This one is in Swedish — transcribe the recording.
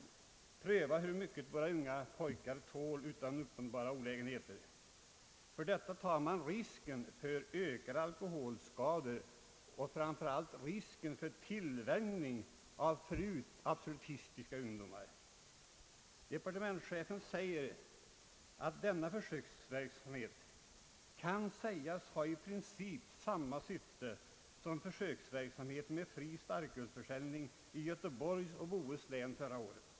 Man skall alltså pröva hur mycket våra unga pojkar tål utan uppenbara olägenheter. För detta tar man risken av ökade alkoholskador och framför allt tillvänjning av förut absolutistiska ungdomar. Departementschefen framhåller att denna försöksverksamhet kan sägas ha i princip samma syfte som försöksverksamheten med fri starkölsförsäljning i Göteborgs och Bohus samt Värmlands län förra året.